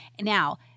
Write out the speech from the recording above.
Now